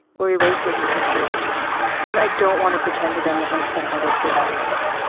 we raised her from history and i don't want to pretend to them that my stepmother is my mother.